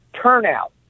turnout